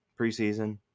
preseason